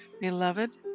Beloved